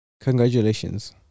congratulations